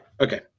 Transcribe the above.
Okay